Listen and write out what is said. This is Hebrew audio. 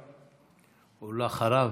ואחריו,